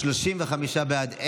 35 בעד,